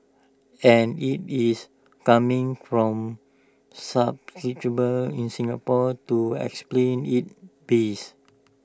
and IT is coming from subscribers in Singapore to explant its base